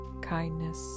kindness